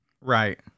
Right